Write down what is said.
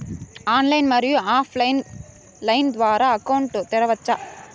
Online, మరియు offline line ద్వారా account తెరవచ్చా?